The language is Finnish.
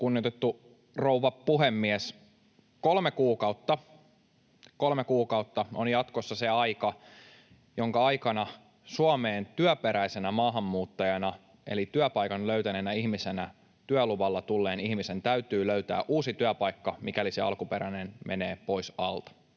Kunnioitettu rouva puhemies! Kolme kuukautta — kolme kuukautta — on jatkossa se aika, jonka aikana Suomeen työperäisenä maahanmuuttajana eli työpaikan löytäneenä ihmisenä, työluvalla tulleena ihmisenä, täytyy löytää uusi työpaikka, mikäli se alkuperäinen menee pois alta.